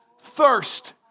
thirst